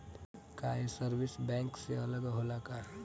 का ये service bank से अलग होला का?